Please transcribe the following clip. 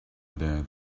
that